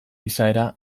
izaera